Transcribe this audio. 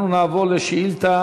אנחנו נעבור לשאילתה